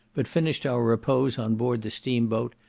but finished our repose on board the steam-boat,